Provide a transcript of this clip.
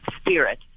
spirit